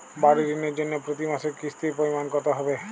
বাড়ীর ঋণের জন্য প্রতি মাসের কিস্তির পরিমাণ কত হবে?